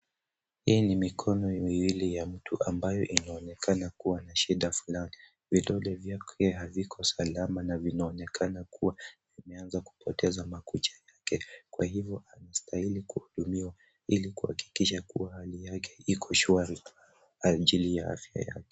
Hii ni mikono miwili ya mtu ambayo inaonekana kuwa na shida fulani vidole vyake haviko salama na vinaonekana kuwa vimeanza kupoteza makucha yake kwa hivo anastahili kuhudumiwa ili kuhakikisha kuwa hali yake iko shuari kwa ajili ya afya yake.